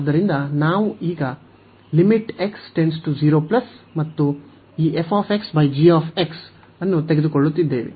ಆದ್ದರಿಂದ ನಾವು ಈಗ ಮತ್ತು ಈ ಅನ್ನು ತೆಗೆದುಕೊಳ್ಳುತ್ತಿದ್ದೇವೆ